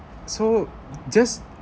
so just